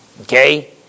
Okay